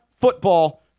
football